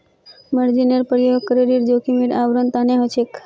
मार्जिनेर प्रयोग क्रेडिट जोखिमेर आवरण तने ह छे